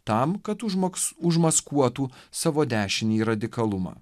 tam kad užmaks užmaskuotų savo dešinįjį radikalumą